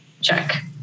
check